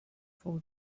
for